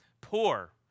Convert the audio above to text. poor